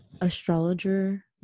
astrologer